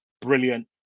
brilliant